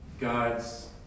God's